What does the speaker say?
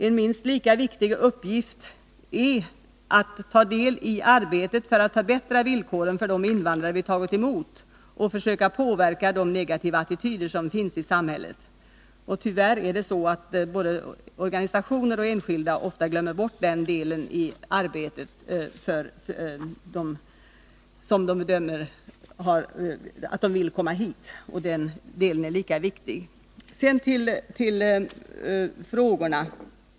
En mycket viktig uppgift är att ta del i arbetet för att förbättra villkoren för de invandrare vi har tagit emot och att försöka påverka de negativa attityder som finns i samhället. Tyvärr glömmer både organisationer och enskilda ofta bort den delen i arbetet när det gäller dem som man vill skall få komma hit. Och den delen är minst lika viktig som den första.